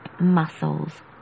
muscles